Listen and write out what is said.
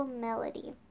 melody